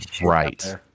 right